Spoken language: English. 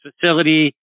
facility